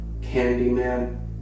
Candyman